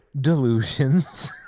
delusions